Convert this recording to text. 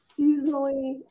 seasonally